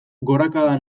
gorakada